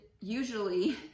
usually